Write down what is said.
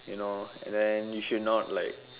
you know and then you should not like